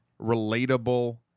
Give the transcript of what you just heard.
relatable